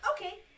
okay